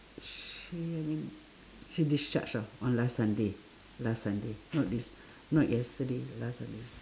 she I mean she discharged ah on last sunday last sunday not this not yesterday last sunday